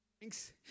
thanks